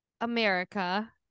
america